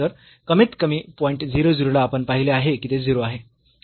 तर कमीतकमी पॉईंट 0 0 ला आपण पाहिले आहे की ते 0 आहे